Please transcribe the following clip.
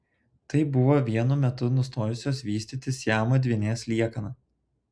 tai buvo vienu metu nustojusios vystytis siamo dvynės liekana